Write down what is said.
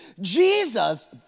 Jesus